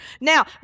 Now